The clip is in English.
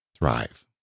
thrive